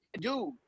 dude